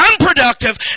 unproductive